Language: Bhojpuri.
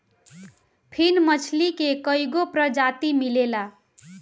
फिन मछरी के कईगो प्रजाति मिलेला